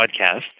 podcast